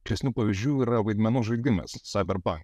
ryškesnių pavyzdžių yra vaidmenų žaidimas cyber punk